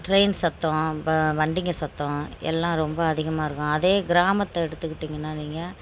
சத்தம் அப்புறம் வண்டிங்க சத்தம் எல்லாம் ரொம்ப அதிகமாக இருக்கும் அதே கிராமத்தை எடுத்துக்கிட்டீங்கன்னால் நீங்கள்